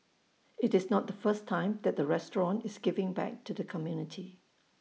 IT is not the first time that the restaurant is giving back to the community